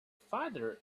farther